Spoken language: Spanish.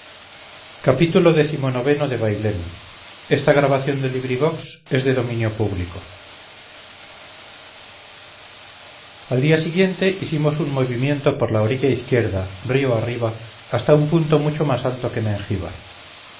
xxvi xxvii xxviii xxix xxx xxxi xxxii bailén de benito pérez galdós al siguiente día hicimos un movimiento por la orilla izquierda río arriba hasta un punto mucho más alto que mengíbar